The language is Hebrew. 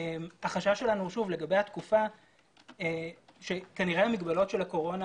החשש שלנו לגבי התקופה הוא שכנראה המגבלות של הקורונה